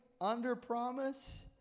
underpromise